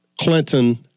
Clinton